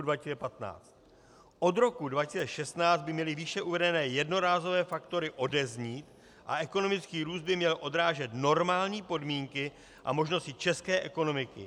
Od roku 2016 by měly výše uvedené jednorázové faktory odeznít a ekonomický růst by měl odrážet normální podmínky a možnosti české ekonomiky.